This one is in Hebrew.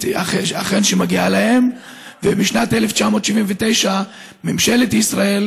שאכן מגיעה להם ובשנת 1979 ממשלת ישראל,